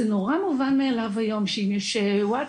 זה נורא מובן מאליו היום שאם יש ווטסאפ,